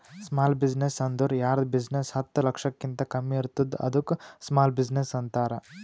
small business ಅಂದುರ್ ಯಾರ್ದ್ business ಹತ್ತ ಲಕ್ಷಕಿಂತಾ ಕಮ್ಮಿ ಇರ್ತುದ್ ಅದ್ದುಕ ಸ್ಮಾಲ್ ಬಿಜಿನೆಸ್ ಅಂತಾರ